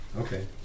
Okay